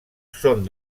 són